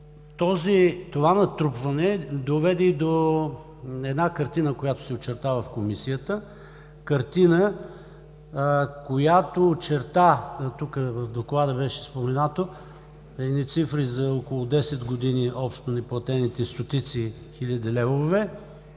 Това натрупване доведе до една картина, която се очертава в Комисията – картина, която очерта, тук в Доклада беше споменато, едни цифри за около десет години общо неплатените стотици, хиляди левове,